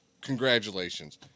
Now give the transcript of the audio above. congratulations